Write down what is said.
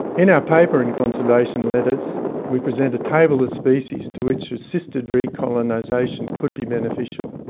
in our paper in conservation letters we present a table of species to which assisted recolonisation could be beneficial.